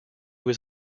was